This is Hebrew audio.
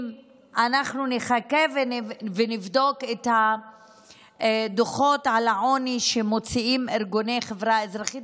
אם אנחנו נחכה ונבדוק את הדוחות על העוני שמוציאים ארגוני חברה אזרחית,